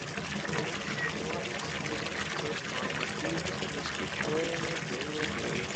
už šuolius ir kitus normatyvus priskaičiuojami pinigai